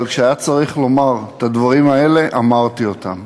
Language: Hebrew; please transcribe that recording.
אבל כשהיה צריך לומר את הדברים האלה, אמרתי אותם.